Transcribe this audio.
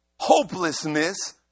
hopelessness